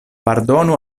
pardonu